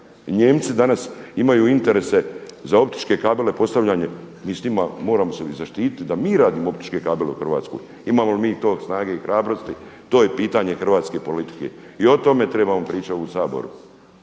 Nijemci danas imaju interese za optičke kabale za postavljanje, mi s njima moramo se zaštititi da mi radimo optičke kabele u Hrvatskoj. Imamo li mi snage i hrabrosti, to je pitanje hrvatske politike i o tome trebamo pričati u Saboru.